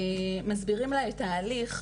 מסבירים לה את ההליך,